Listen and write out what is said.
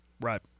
Right